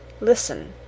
listen